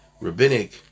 rabbinic